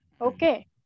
okay